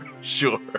sure